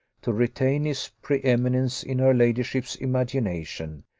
to retain his pre-eminence in her ladyship's imagination,